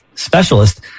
specialist